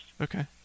Okay